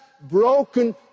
broken